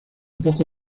poco